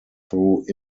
through